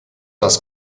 das